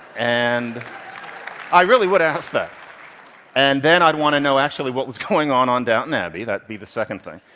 and i really would ask that and then i'd want to know actually what was going on on downton abbey. that'd be the second thing.